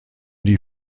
die